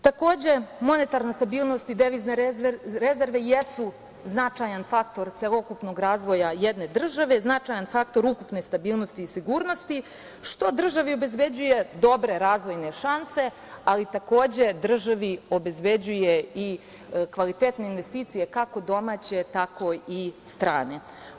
Takođe, monetarna stabilnost i devizne rezerve jesu značajan faktor celokupnog razvoja jedne države. značajan faktor ukupne stabilnosti i sigurnosti, što državi obezbeđuje dobre razvojne šanse, ali takođe državi obezbeđuje i kvalitetne investicije, kako domaće tako i strane.